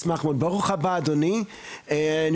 ברוך הבא אדוני, אנחנו נשמח מאוד לשמוע אותך.